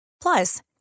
Plus